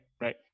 right